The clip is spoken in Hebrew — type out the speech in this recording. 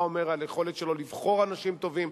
מה זה אומר על היכולת שלו לבחור אנשים טובים?